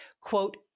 quote